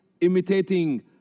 imitating